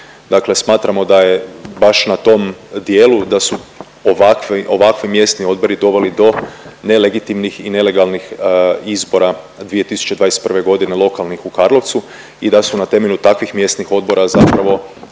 Dakle, smatramo da je baš na tom dijelu da su ovakvi mjesni odbori doveli do nelegitimnih i nelegalnih izbora 2021. godine, lokalnih u Karlovcu i da su na temelju takvih mjesnih odbora zapravo